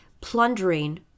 plundering